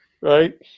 right